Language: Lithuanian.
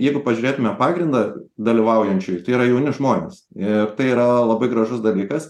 jeigu pažiūrėtume pagrindą dalyvaujančiųjų tai yra jauni žmonės ir tai yra labai gražus dalykas